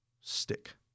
stick